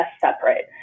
separate